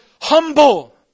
humble